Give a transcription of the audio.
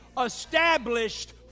established